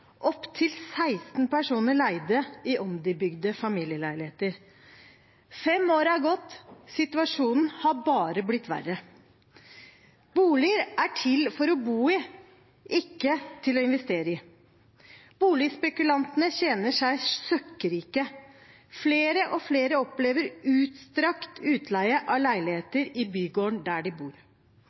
Opptil 16 personer leide i ombygde familieleiligheter. Fem år har gått. Situasjonen har bare blitt verre. Boliger er til for å bo i – ikke å investere i. Boligspekulantene tjener seg søkkrike. Flere og flere opplever utstrakt utleie av leiligheter i bygården der de bor.